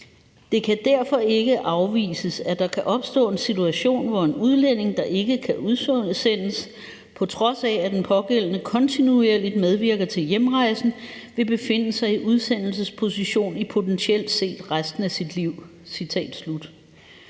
Det kan derfor ikke afvises, at der kan opstå en situation, hvor en udlænding, der ikke kan udsendes, på trods af at den pågældende kontinuerligt medvirker til hjemrejsen, vil befinde sig i udsendelsesposition i potentielt set resten af sit liv.